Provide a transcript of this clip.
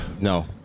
No